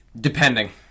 Depending